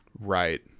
right